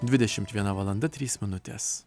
dvidešimt viena valanda tys minutės